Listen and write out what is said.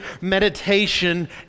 meditation